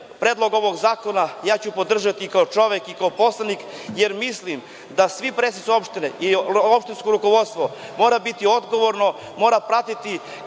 Predlog ovog zakona ja ću podržati i kao čovek i kao poslanik, jer mislim da svi predsednici opština i opštinsko rukovodstvo mora biti odgovorno, mora pratiti